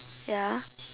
ya